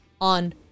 on